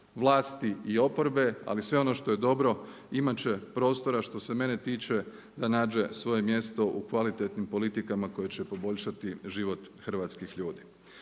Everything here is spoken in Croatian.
vlasti i oporbe ali sve ono što je dobro imat će prostora što se mene tiče da nađe svoje mjesto u kvalitetnim politikama koje će poboljšati život hrvatskih ljudi.